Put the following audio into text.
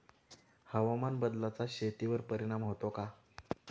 हवामान बदलाचा शेतीवर परिणाम होतो का?